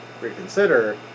reconsider